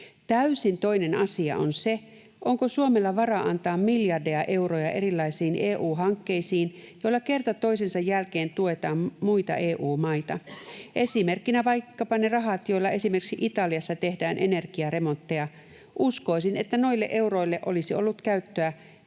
Täysin toinen asia on se, onko Suomella varaa antaa miljardeja euroja erilaisiin EU-hankkeisiin, joilla kerta toisensa jälkeen tuetaan muita EU-maita, esimerkkinä vaikkapa ne rahat, joilla esimerkiksi Italiassa tehdään energiaremontteja. Uskoisin, että noille euroille olisi ollut käyttöä